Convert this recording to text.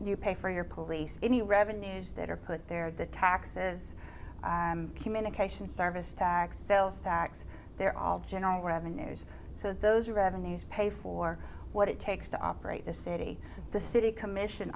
you pay for your police any revenues that are put there the taxes i'm communications service tax sales tax they're all general revenues so those revenues pay for what it takes to operate this city the city commission